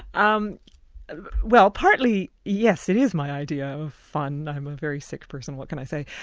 um well partly yes, it is my idea of fun, i'm a very sick person, what can i say?